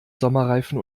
sommerreifen